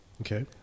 Okay